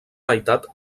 meitat